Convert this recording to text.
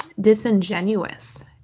disingenuous